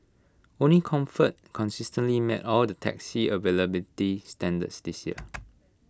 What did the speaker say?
only comfort consistently met all the taxi availability standards this year